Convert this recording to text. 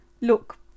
look